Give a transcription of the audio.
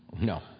No